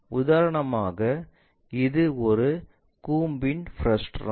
உதாரணமாக இது ஒரு கூம்பின் பிருஷ்டம்